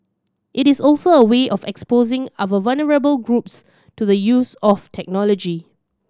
it is also a way of exposing our vulnerable groups to the use of technology